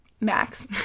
max